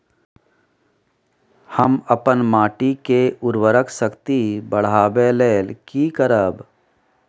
हम अपन माटी के उर्वरक शक्ति बढाबै लेल की करब?